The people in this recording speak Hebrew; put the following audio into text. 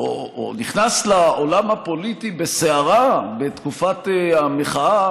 או נכנסת לעולם הפוליטי בסערה בתקופת המחאה,